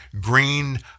green